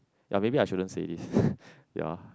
ya maybe I shouldn't say this ya